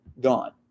gone